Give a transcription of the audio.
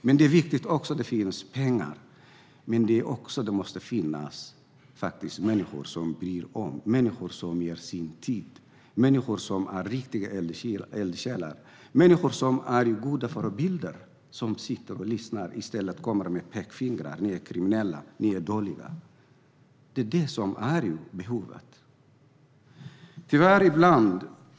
Men det är också viktigt att det finns pengar. Det måste också finnas människor som bryr sig om, människor som ger sin tid, människor som är riktiga eldsjälar, människor som är goda förebilder och som sitter och lyssnar i stället för att komma med pekpinnar och säger: Ni är kriminella, ni är dåliga. Det är behovet.